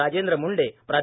राजेंद्र मुंडे प्रा